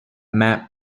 map